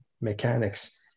mechanics